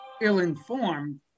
ill-informed